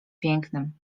pięknym